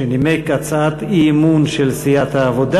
שנימק הצעת אי-אמון של סיעת העבודה.